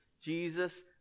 Jesus